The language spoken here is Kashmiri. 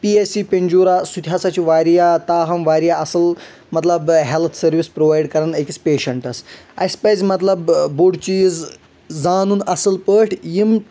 پی ایس سی ہنجوٗرا سُہ تہِ ہسا چھُ واریاہ تاہم واریاہ اصل مطلب ہٮ۪لتھ سٔروِس پرووایِڈ کران أکِس پیشنٹس اَسہِ پزِ مطلب بوٚڑ چیٖز زانُن اصل پأٹھۍ یِم